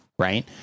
Right